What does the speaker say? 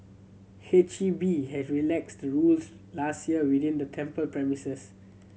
H E B has relaxed the rules last year within the temple premises